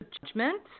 judgment